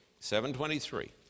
723